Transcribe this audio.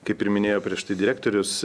kaip ir minėjo prieš tai direktorius